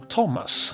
Thomas